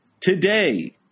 Today